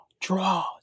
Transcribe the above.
draw